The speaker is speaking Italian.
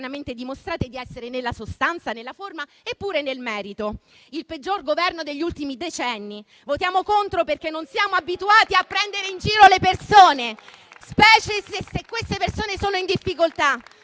dimostrate di essere nella sostanza, nella forma e pure nel merito. È il peggior Governo degli ultimi decenni. *(Applausi. Commenti)*. Votiamo contro perché non siamo abituati a prendere in giro le persone, specie se sono in difficoltà.